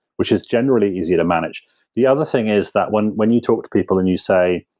which is generally easier to manage the other thing is that when when you talk to people and you say,